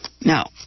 Now